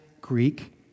Greek